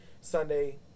Sunday